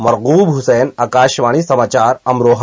मरगूब हुसैन आकाशवाणी समाचार अमरोहा